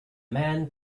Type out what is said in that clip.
man